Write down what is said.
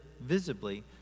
visibly